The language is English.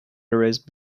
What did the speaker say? erase